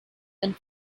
and